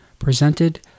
Presented